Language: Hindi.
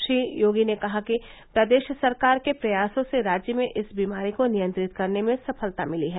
श्री योगी ने कहा कि प्रदेश सरकार के प्रयासों से राज्य में इस बीमारी को नियंत्रित करने में सफलता मिली है